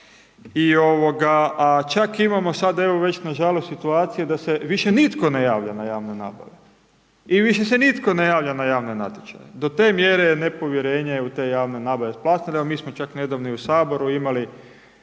posla, a čak imamo sad nažalost situaciju da se više nitko ne javlja na javne nabave i više se nitko ne javlja na javne natječaje, do te mjere je nepovjerenje u te javne nabave …/Govornik se ne razumije./… Ali mi smo čak nedavno u Saboru imali,